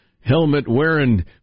helmet-wearing